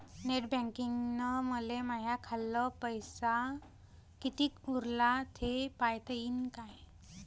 Net बँकिंगनं मले माह्या खाल्ल पैसा कितीक उरला थे पायता यीन काय?